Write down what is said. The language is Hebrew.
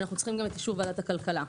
כשאנחנו צריכים גם את אישור ועדת הכלכלה.